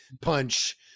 punch